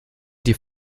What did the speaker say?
die